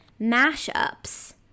Mashups